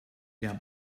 der